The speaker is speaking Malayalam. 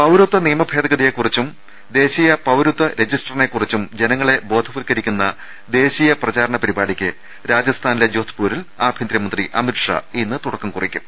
പൌരത്വ നിയമ ഭേദഗതിയെ കുറിച്ചും ദേശീയ പൌരത്വ രജി സ്റ്ററിനെ കുറിച്ചും ജനങ്ങളെ ബോധവത്കരിക്കുന്ന ദേശീയ പ്രചാരണ പരിപാടിക്ക് രാജസ്ഥാനിലെ ജോധ്പൂ രിൽ ആഭ്യന്തരമന്ത്രി അമിത്ഷാ തുടക്കം കുറിക്കും